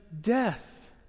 death